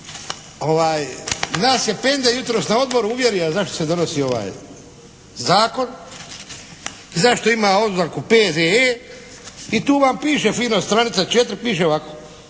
Nas je Penda jutros na odboru uvjerio zašto se donosi ovaj zakon? Zašto ima oznaku P.Z.E.? I tu vam piše fino, stranica 4, piše ovako.